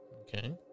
Okay